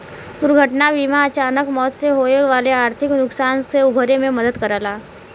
दुर्घटना बीमा अचानक मौत से होये वाले आर्थिक नुकसान से उबरे में मदद करला